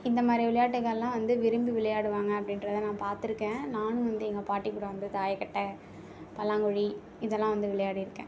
இந்த மாதிரி விளையாட்டுகளெலாம் வந்து விரும்பி விளையாடுவாங்க அப்படின்றத நான் பார்த்துருக்கேன் நானும் வந்து எங்கள் பாட்டி கூட வந்து தாயக்கட்டை பல்லாங்குழி இதெல்லாம் வந்து விளையாடியிருக்கேன்